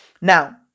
Now